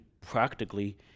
practically